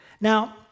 Now